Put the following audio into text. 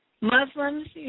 Muslims